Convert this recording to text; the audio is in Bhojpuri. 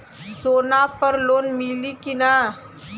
सोना पर लोन मिली की ना?